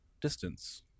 distance